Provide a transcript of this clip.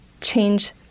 change